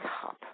top